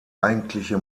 eigentliche